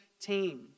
team